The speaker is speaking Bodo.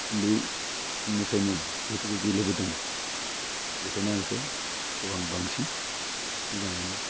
बै समनिफ्रायनो जिहेतु बे गेलेबोदों बेखायनो आं बेखौ गोबां बांसिन मोजां मोनो